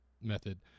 method